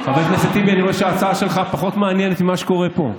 אני רואה שההצעה שלך פחות מעניינת ממה שקורה פה.